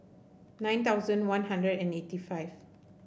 nine thousand One Hundred and eighty five